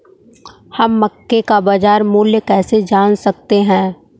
हम मक्के का बाजार मूल्य कैसे जान सकते हैं?